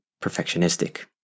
perfectionistic